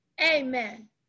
Amen